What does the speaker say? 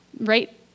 Right